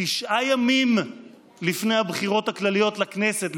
תשעה ימים לפני הבחירות הכלליות לכנסת,